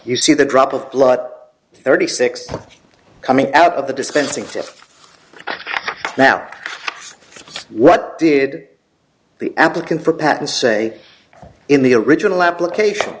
you see the drop of blood thirty six coming out of the dispensing fifty now what did the applicant for patton say in the original application